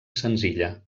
senzilla